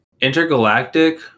Intergalactic